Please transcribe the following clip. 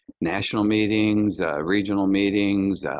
national meetings, regional meetings,